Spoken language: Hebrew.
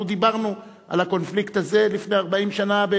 אנחנו דיברנו על הקונפליקט הזה לפני 40 שנה,